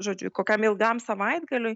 žodžiu kokiam ilgam savaitgaliui